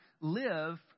live